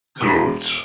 Good